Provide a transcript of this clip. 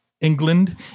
England